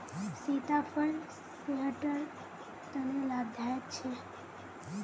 सीताफल सेहटर तने लाभदायक छे